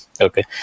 okay